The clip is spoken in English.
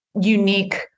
unique